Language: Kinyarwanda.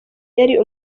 yari